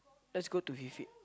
let's go to Phi Phi